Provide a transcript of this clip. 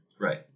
Right